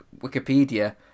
Wikipedia